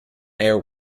air